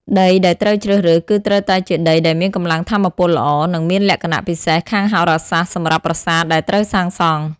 ដីដែលត្រូវជ្រើសរើសគឺត្រូវតែជាដីដែលមានកម្លាំងថាមពលល្អ និងមានលក្ខណៈពិសេសខាងហោរាសាស្ត្រសម្រាប់ប្រាសាទដែលត្រូវសាងសង់។